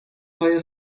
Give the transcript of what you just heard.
پای